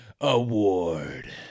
award